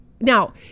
Now